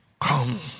Come